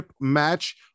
match